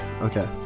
Okay